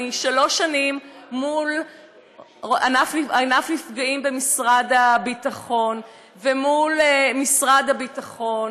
אני שלוש שנים מול ענף נפגעים במשרד הביטחון ומול משרד הביטחון,